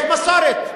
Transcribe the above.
יש מסורת.